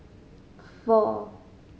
four